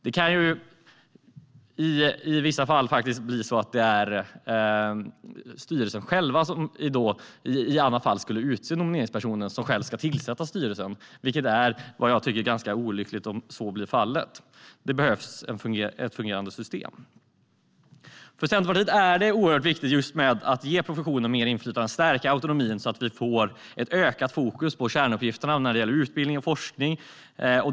Det kan i vissa fall bli styrelsen själv som utser den nomineringsperson som ska tillsätta styrelsen, och jag tycker att det är olyckligt om så skulle bli fallet. Det behövs ett fungerande system. För Centerpartiet är det oerhört viktigt att ge professionen mer inflytande och stärka autonomin så att vi får ökat fokus på kärnuppgifterna när det gäller utbildning och forskning.